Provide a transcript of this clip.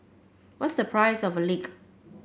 what's the price of a leak